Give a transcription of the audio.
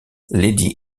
lady